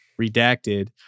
redacted